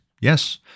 yes